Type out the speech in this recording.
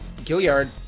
gilliard